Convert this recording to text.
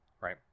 right